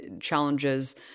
challenges